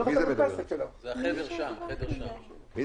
מי זה בחדר השני?